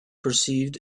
perceived